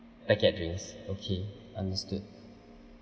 packet drinks okay understood